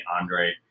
Andre